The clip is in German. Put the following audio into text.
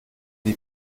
die